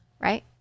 right